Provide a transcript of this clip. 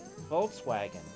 volkswagen